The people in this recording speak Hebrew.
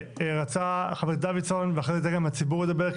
רצה חבר הכנסת דוידסון ואחרי זה אני אתן גם לציבור לדבר,